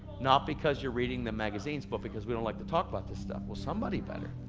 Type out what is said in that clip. not because you're reading the magazines, but because we don't like to talk about this stuff. well somebody better.